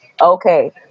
okay